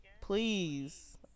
Please